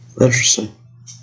Interesting